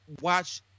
watch